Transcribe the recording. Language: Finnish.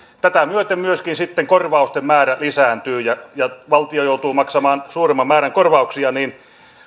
tätä myöten sitten myöskin korvausten määrä lisääntyy ja ja valtio joutuu maksamaan suuremman määrän korvauksia niin